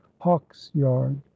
hawksyard